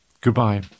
goodbye